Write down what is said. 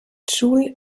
joule